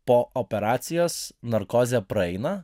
po operacijos narkozė praeina